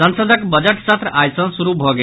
संसदक बजट सत्र आई सँ शुरू भऽ गेल